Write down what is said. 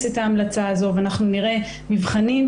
את ההמלצה הזאת ואנחנו נראה מבחנים,